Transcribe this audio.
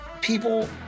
people